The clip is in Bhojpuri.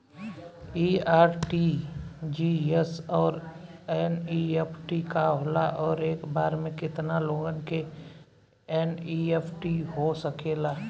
इ आर.टी.जी.एस और एन.ई.एफ.टी का होला और एक बार में केतना लोगन के एन.ई.एफ.टी हो सकेला?